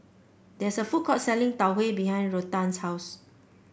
there is a food court selling Tau Huay behind Ruthann's house